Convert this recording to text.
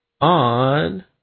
on